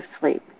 sleep